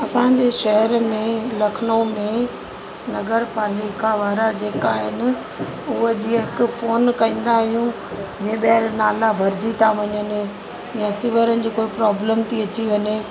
असांजे शहर में लखनऊ में नगर पालिका वारा जेका आहिनि उहा जीअं हिकु फोन कंदा आहियूं जीअं ॿीहर नाला भरिजी था वञनि या सीवरनि जो जेको प्रॉब्लम थी अची वञे